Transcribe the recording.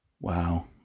Wow